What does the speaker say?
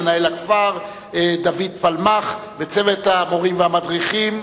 למנהל הכפר דוד פלמ"ח וצוות המורים והמדריכים.